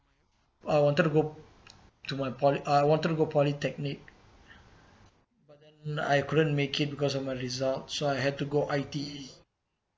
I wanted to go to my poly~ uh I wanted to go polytechnic but then I couldn't make it because of my result so I had to go I_T_E